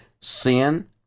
sin